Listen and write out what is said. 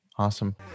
Awesome